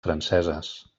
franceses